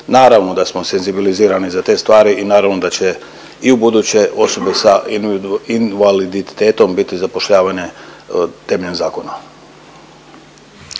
Naravno da smo senzibilizirani za te stvari i naravno da će i ubuduće osobe s invaliditetom biti zapošljavanje temeljem zakona.